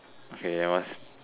okay then what's